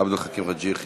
עבד אל חכים חאג' יחיא?